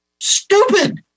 Stupid